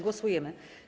Głosujemy.